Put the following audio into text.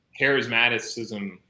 charismaticism